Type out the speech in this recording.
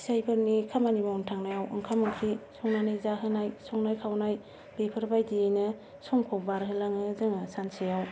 फिसाइफोरनि खामानि मावनो थांनायाव ओंखाम ओंख्रि संनानै जाहोनाय संनाय खावनाय बेफोरबायदियैनो समखौ बारहोलाङो जोङो सानसेयाव